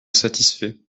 satisfait